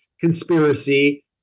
conspiracy